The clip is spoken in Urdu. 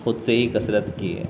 خود سے ہی کثرت کی ہے